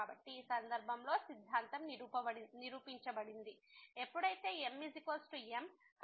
కాబట్టి ఈ సందర్భంగా సిద్ధాంతం నిరూపించబడింది ఎప్పుడైతే M m